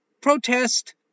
protest